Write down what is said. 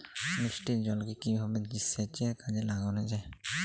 বৃষ্টির জলকে কিভাবে সেচের কাজে লাগানো য়ায়?